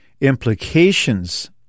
implications